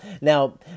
Now